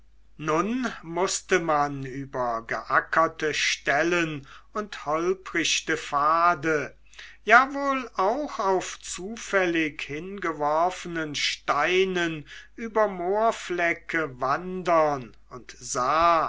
nun mußte man über geackerte stellen und holprichte pfade ja wohl auch auf zufällig hingeworfenen steinen über moorflecke wandern und sah